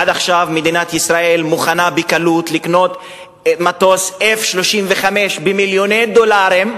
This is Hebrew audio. עד עכשיו מדינת ישראל מוכנה בקלות לקנות מטוס 35F- במיליוני דולרים,